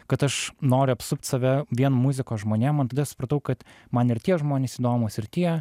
kad aš noriu apsupt save vien muzikos žmonėm man tada supratau kad man ir tie žmonės įdomūs ir tie